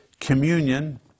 Communion